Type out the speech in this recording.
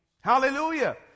Hallelujah